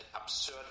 absurd